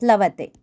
प्लवते